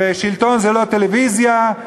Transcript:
ושלטון זה לא טלוויזיה,